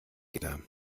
gitter